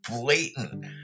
blatant